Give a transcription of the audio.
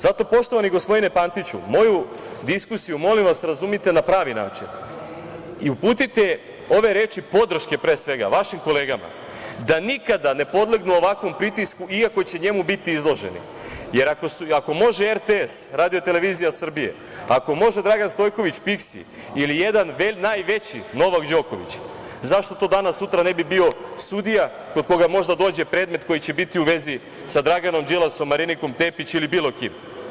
Zato, poštovani gospodine Pantiću, moju diskusiju, molim vas razumite na pravi način i uputite ove reč podrške, pre svega, vašim kolegama da nikada ne podlegnu ovakvom pritisku, iako će njemu biti izloženi, jer ako može RTS, ako može Dragan Stojković Piski ili jedan najveći Novak Đoković, zašto to danas, sutra ne bi bio sudija kod koga možda dođe predmet koji će biti u vezi sa Draganom Đilasom, Marinikom Tepić ili bilo kim.